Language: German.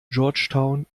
georgetown